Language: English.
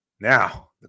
now